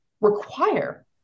require